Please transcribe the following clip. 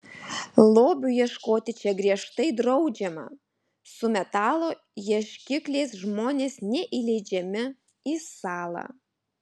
lobių ieškoti čia griežtai draudžiama su metalo ieškikliais žmonės neįleidžiami į salą